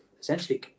essentially